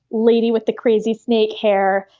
lady with the crazy snake hair,